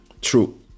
True